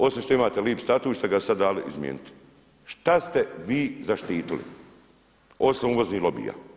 Osim što imate lip statut ste ga sad dali izmijenit, šta ste vi zaštitili osim uvoznih lobija?